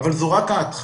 אבל זו רק ההתחלה.